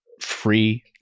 free